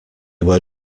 were